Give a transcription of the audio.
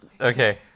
Okay